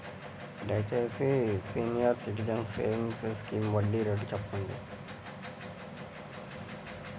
దయచేసి senior citizens savings scheme వడ్డీ rate చెప్పండి